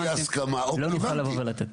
לא נוכל לבוא ולתת.